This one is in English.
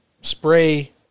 spray